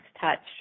touch